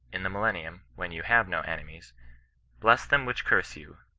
in the millennium, when you have no enemies bless them which curse you,